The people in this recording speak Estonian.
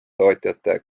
tootjate